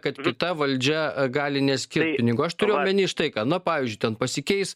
kad kita valdžia gali neskirt pinigų aš turiu omeny štai ką na pavyzdžiui ten pasikeis